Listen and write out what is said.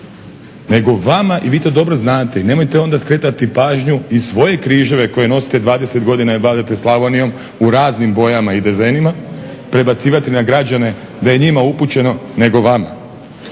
nego vama i vi to dobro znate. I nemojte onda skretati pažnju i svoje križeve koje nosite 20 godina jer vladate Slavonijom u raznim bojama i dezenima prebacivati na građane da je njima upućeno, nego vama.